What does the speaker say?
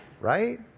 right